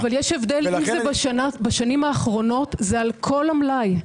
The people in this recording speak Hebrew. אבל אם זה בשנים האחרונות, זה על כל המלאי.